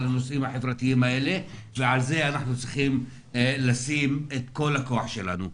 הנושאים החברתיים האלה ועל זה אנחנו צריכים לשים את כל הכוח שלנו.